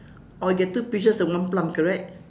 oh you get two peaches and one plum correct